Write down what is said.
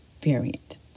variant